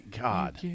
God